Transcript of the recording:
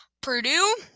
Purdue